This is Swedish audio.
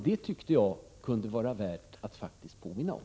Det tycker jag kunde vara värt att påminna om.